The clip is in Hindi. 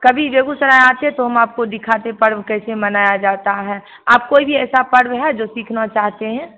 कभी बेगूसराय आते तो हम आपको दिखाते पर्व कैसे मनाया जाता है आप कोई भी ऐसा पर्व है जो सीखना चाहते हैं